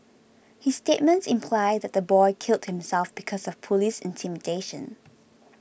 his statements imply that the boy killed himself because of police intimidation